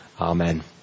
Amen